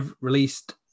released